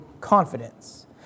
confidence